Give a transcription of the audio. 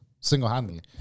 single-handedly